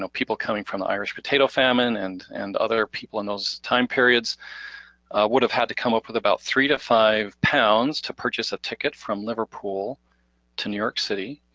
people coming from the irish potato famine and and other people in those time periods would have had to come up with about three to five pounds to purchase a ticket from liverpool to new york city.